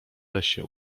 lesie